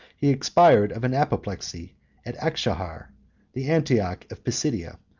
he expired of an apoplexy at akshehr, the antioch of pisidia,